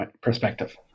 perspective